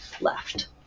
left